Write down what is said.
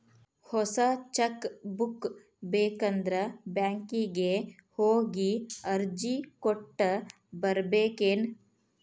ಹೊಸ cheque book ಬೇಕಂದ್ರ ಬ್ಯಾಂಕಿಗೆ ಹೋಗಿ ಅರ್ಜಿ ಕೊಟ್ಟ ಬರ್ಬೇಕೇನ್